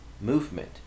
movement